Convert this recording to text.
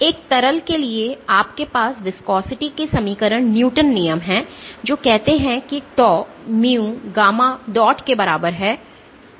एक तरल के लिए आपके पास viscosity के समीकरण न्यूटन नियम हैं जो कहते हैं कि tau mu gamma dot के बराबर है